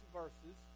verses